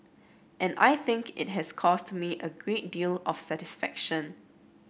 and I think it has caused me a great deal of satisfaction